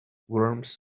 worms